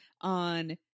on